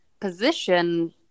position